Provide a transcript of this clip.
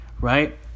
right